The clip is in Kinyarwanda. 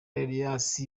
elias